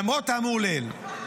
למרות האמור לעיל,